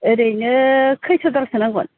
ओरैनो खयस' दालसो नांगोन